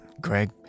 Greg